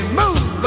move